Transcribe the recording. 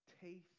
Taste